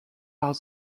are